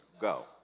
go